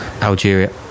Algeria